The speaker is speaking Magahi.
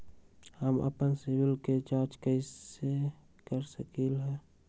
हम अपन सिबिल के जाँच कइसे कर सकली ह?